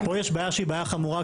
פה יש בעיה שהיא בעיה חמורה.